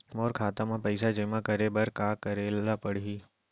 मोर खाता म पइसा जेमा करे बर का करे ल पड़ही?